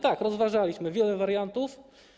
Tak, rozważaliśmy wiele wariantów.